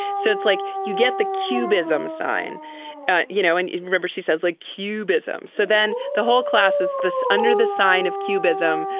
so it's like you get the cubism sign you know and remember she says like cubism. so then the whole class is this under the sign of cubism.